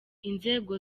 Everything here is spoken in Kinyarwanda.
inzego